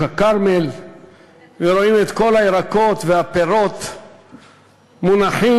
הכרמל ורואים את כל הירקות והפירות מונחים,